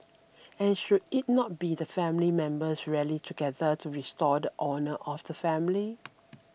and should it not be that family members rally together to restore the honour of the family